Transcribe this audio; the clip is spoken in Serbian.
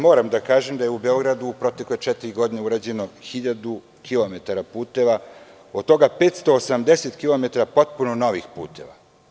Moram da kažem da je u Beogradu u protekle četiri godine urađeno 1.000 km puteva, od toga 580 km potpuno novih puteva.